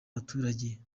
abaturage